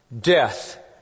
death